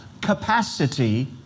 capacity